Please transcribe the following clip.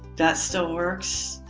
that still works.